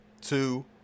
two